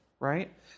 Right